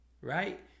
right